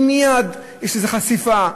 מייד יש חשיפה,